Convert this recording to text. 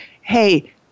hey